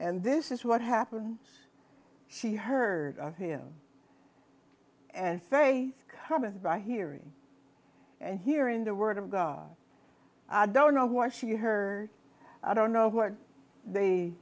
and this is what happened she heard of him and faith cometh by hearing and hearing the word of god i don't know what she heard i don't know what they